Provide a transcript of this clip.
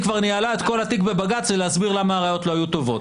כבר ניהלה את כל התיק בבג"צ ולהסביר למה הראיות לא היו טובות.